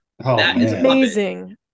Amazing